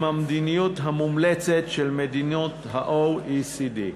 המדיניות המומלצת של מדינות ה-OECD.